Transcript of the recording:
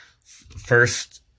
first